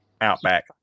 Outback